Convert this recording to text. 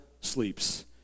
sleeps